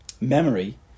memory